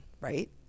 right